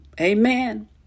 amen